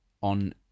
on